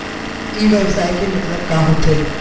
ई व्यवसाय के मतलब का होथे?